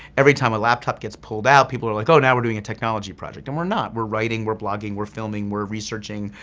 every time a laptop gets pulled out people are like, oh and we're doing a technology project, and we're not. we're writing, we're blogging, we're filming, we're researching,